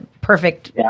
perfect